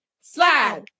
slide